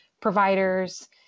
providers